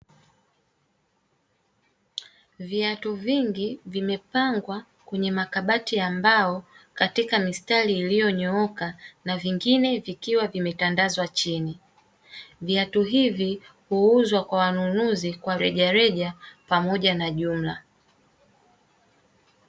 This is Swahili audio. Viatu vingi, vimepangwa kwenye makabati ya mbao, katika mistari iliyo nyooka na vingine vikiwa vimetandazwa chini. Viatu hivi huuzwa kwa wanunuzi kwa reja reja pamoja na jumla.